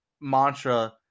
mantra